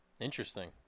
Interesting